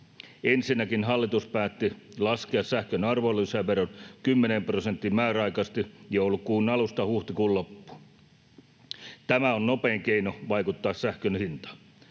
Ensinnäkin hallitus päätti laskea sähkön arvonlisäveron kymmeneen prosenttiin määräaikaisesti joulukuun alusta huhtikuun loppuun. Tämä on nopein keino vaikuttaa sähkön hintaan.